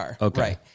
okay